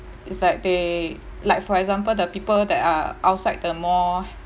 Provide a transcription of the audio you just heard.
it's like they like for example the people that are outside the mall